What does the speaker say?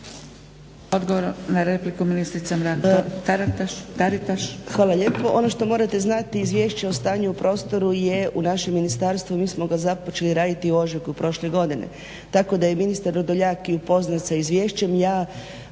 Odgovor na repliku ministrica Mrak Taritaš.